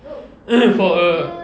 for a